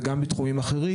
וגם בתחומים אחרים,